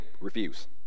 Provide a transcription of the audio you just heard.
refuse